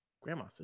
Grandma